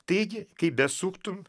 taigi kaip besuktum